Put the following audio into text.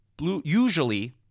usually